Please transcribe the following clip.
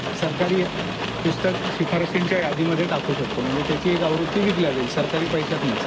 सरकारी पुस्तक शिफारशींच्या यादीमध्ये टाकू शकतो म्हणजे त्याची एक आवृत्ती विकल्या जाईल सरकारी पैशातनंच